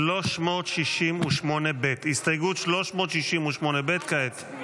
368ב. הסתייגות 368ב כעת.